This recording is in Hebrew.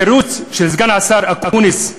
התירוץ של סגן השר אקוניס,